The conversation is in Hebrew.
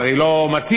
זה הרי לא מתאים,